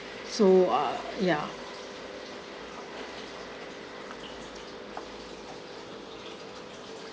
so uh yeah